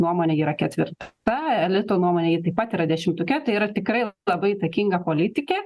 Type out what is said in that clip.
nuomonę yra ketvirta elito nuomone ji taip pat yra dešimtuke tai yra tikrai labai įtakinga politikė